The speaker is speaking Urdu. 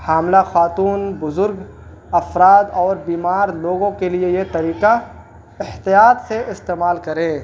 حاملہ خواتون بزرگ افراد اور بیمار لوگوں کے لیے یہ طریقہ احتیاط سے استعمال کرے